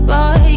Boy